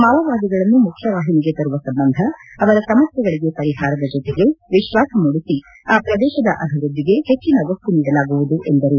ಮಾವೋವಾದಿಗಳನ್ನು ಮುಖ್ಯವಾಹಿನಿಗೆ ತರುವ ಸಂಬಂಧ ಸಮಸ್ಲೆಗಳಿಗೆ ಪರಿಹಾರದ ಜೊತೆಗೆ ಅವರಲ್ಲಿ ವಿಶ್ವಾಸ ಮೂಡಿಸಿ ಆ ಪ್ರದೇಶದ ಅಭಿವೃದ್ದಿಗೆ ಹೆಚ್ಚಿನ ಒತ್ತು ನೀಡಲಾಗುವುದು ಎಂದರು